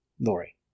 Lori